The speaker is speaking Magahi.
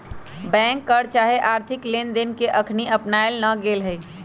बैंक कर चाहे आर्थिक लेनदेन कर के अखनी अपनायल न गेल हइ